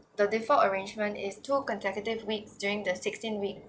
the different arrangement is two consecutive weeks during the sixteen week